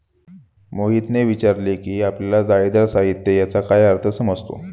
मोहितने विचारले की आपल्याला जाळीदार साहित्य याचा काय अर्थ समजतो?